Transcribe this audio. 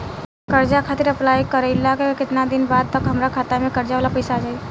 कर्जा खातिर अप्लाई कईला के केतना दिन बाद तक हमरा खाता मे कर्जा वाला पैसा आ जायी?